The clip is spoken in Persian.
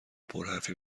پرحرفی